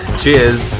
cheers